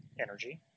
Energy